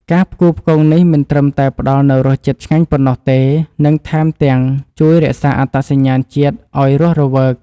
ការផ្គូផ្គងនេះមិនត្រឹមតែផ្តល់នូវរសជាតិឆ្ងាញ់ប៉ុណ្ណោះទេនិងថែមទាំងជួយរក្សាអត្តសញ្ញាណជាតិឱ្យរស់រវើក។